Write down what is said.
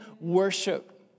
worship